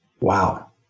Wow